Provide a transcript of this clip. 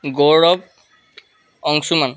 Gaurav Anshuman